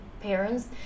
parents